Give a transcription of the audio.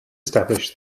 establish